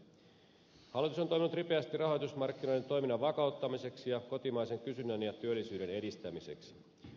hallitus on toiminut ripeästi rahoitusmarkkinoiden toiminnan vakauttamiseksi ja kotimaisen kysynnän ja työllisyyden edistämiseksi